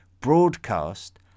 broadcast